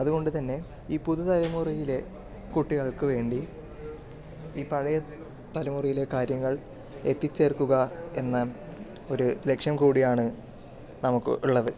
അതുകൊണ്ടുതന്നെ ഈ പുതുതലമുറയിലെ കുട്ടികൾക്ക് വേണ്ടി ഈ പഴയ തലമുറയിലെ കാര്യങ്ങൾ എത്തിച്ചേർക്കുക എന്ന ഒരു ലക്ഷ്യം കൂടിയാണ് നമുക്ക് ഉള്ളത്